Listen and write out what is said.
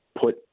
put